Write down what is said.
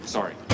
Sorry